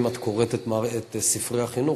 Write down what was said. אם את קוראת את ספרי החינוך,